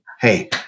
Hey